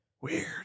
Weird